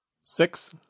Six